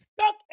stuck